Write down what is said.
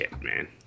man